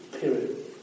period